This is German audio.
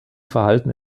verhalten